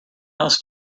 house